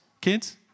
Kids